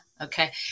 Okay